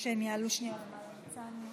אנחנו נעבור להצבעה על ההצעה הראשונה: